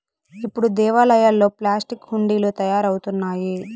ఇప్పుడు దేవాలయాల్లో ప్లాస్టిక్ హుండీలు తయారవుతున్నాయి